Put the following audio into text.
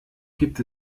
gibt